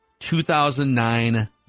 2009